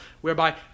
whereby